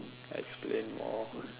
explain more